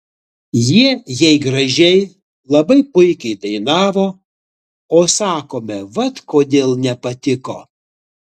jie jei gražiai labai puikiai dainavo o sakome vat kodėl nepatiko